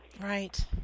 Right